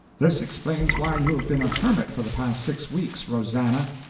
this explains why you have been a hermit for the past six weeks, rosannah!